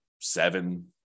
seven